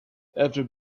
after